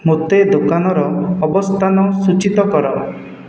ମୋତେ ଦୋକାନର ଅବସ୍ଥାନ ସୂଚିତ କର